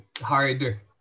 harder